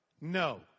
No